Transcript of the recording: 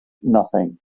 nothing